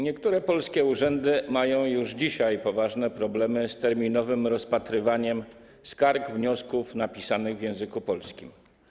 Niektóre polskie urzędy mają już dzisiaj poważne problemy z terminowym rozpatrywaniem skarg, wniosków napisanych w języku polskim.